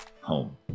home